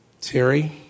Terry